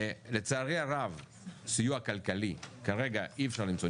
לצערי הרב סיוע כלכלי כרגע אי אפשר למצוא.